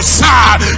side